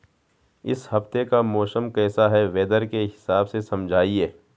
इस हफ्ते का मौसम कैसा है वेदर के हिसाब से समझाइए?